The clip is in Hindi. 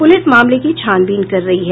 पुलिस मामले की छानबीन कर रही है